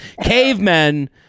cavemen